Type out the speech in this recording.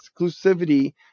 exclusivity